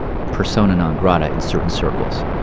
persona non grata in certain circles.